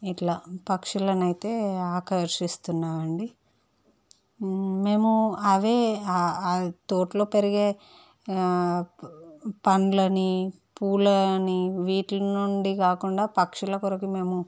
ఇట్లా పక్షులను అయితే ఆకర్షిస్తున్నాం అండి మేము అవే ఆ ఆ తోటలో పెరిగే పళ్ళని పూలని వీటి నుండి కాకుండా పక్షుల కొరకు మేము